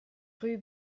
rue